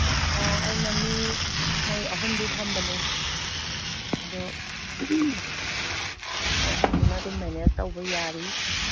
ꯑꯣ ꯑꯩꯅ ꯃꯤ ꯃꯣꯏ ꯑꯍꯨꯝꯗꯤ ꯊꯝꯕꯅꯤ ꯑꯗꯣ ꯃꯣꯏ ꯑꯍꯨꯝꯗꯨꯅ ꯑꯗꯨꯝ ꯃꯦꯅꯦꯖ ꯇꯧꯕ ꯌꯥꯔꯤ